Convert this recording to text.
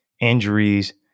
injuries